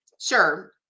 Sure